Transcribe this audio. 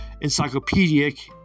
encyclopedic